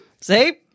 See